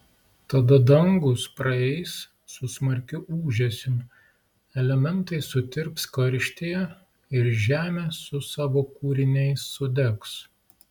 tada dangūs praeis su smarkiu ūžesiu elementai sutirps karštyje ir žemė su savo kūriniais sudegs